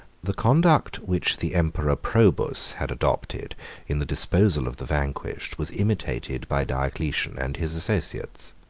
the conduct which the emperor probus had adopted in the disposal of the vanquished, was imitated by diocletian and his associates.